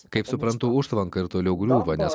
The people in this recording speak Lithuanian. kaip suprantu užtvanka ir toliau griūva nes